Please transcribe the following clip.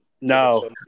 no